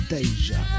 Deja